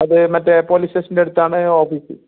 അത് മറ്റേ പോലീസ് സ്റ്റേഷന്റെ അടുത്താണ് ഓഫീസ്